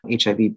HIV